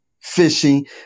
fishing